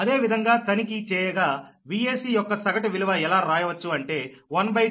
అదేవిధంగా తనిఖీ చేయగా Vac యొక్క సగటు విలువ ఎలా రాయవచ్చు అంటే 12π0